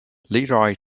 leroy